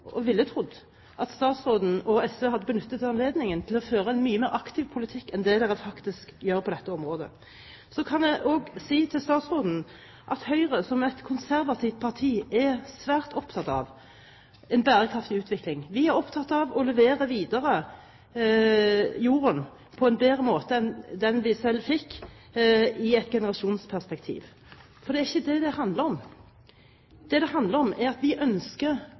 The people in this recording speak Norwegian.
trodd at statsråden og SV hadde benyttet anledningen til å føre en mye mer aktiv politikk enn de faktisk gjør på dette området. Så vil jeg si til statsråden at Høyre, som et konservativt parti, er svært opptatt av en bærekraftig utvikling. Vi er opptatt av å levere jorden videre på en bedre måte enn vi selv fikk – i et generasjonsperspektiv. Men det er ikke det det handler om. Det som det handler om, er at vi ønsker